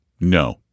No